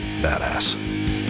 badass